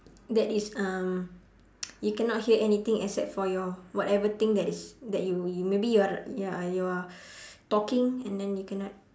that is um you cannot hear anything except for your whatever thing that is that you you maybe you are you are you are talking and then you cannot